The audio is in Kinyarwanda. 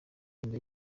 inda